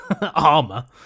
armor